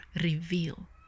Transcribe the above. reveal